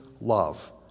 love